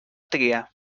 tria